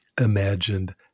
imagined